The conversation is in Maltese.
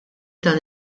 dan